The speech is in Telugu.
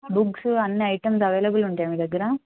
బుక్స్ అన్నీ ఐటెమ్ అవేలబుల్ ఉంటాయా మీ దగ్గర